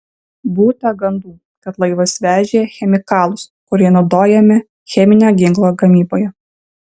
būta gandų kad laivas vežė chemikalus kurie naudojami cheminio ginklo gamyboje